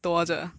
没有